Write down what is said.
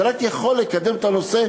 זה רק יכול לקדם את הנושא,